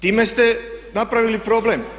Time ste napravili problem.